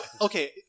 Okay